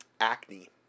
acne